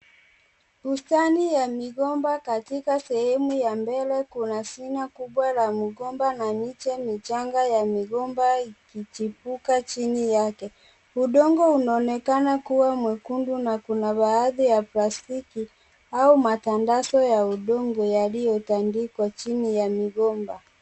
Bustani ya migomba. Katika sehemu ya mbele, kuna shina la migomba na miche michanga ya migomba, ikichipuka chini yake. Udongo unaonekana kuwa mwekundu na kuna baadhi ya plastiki au matandazo ya udongo, yaliyoandikwa chini ya migomba.